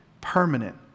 permanent